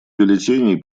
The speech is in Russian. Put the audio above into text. бюллетеней